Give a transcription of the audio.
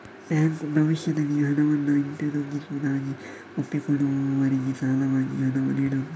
bank ಭವಿಷ್ಯದಲ್ಲಿ ಹಣವನ್ನ ಹಿಂದಿರುಗಿಸುವುದಾಗಿ ಒಪ್ಪಿಕೊಳ್ಳುವವರಿಗೆ ಸಾಲವಾಗಿ ಹಣವನ್ನ ನೀಡುದು